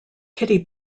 kitty